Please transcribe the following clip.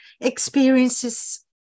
experiences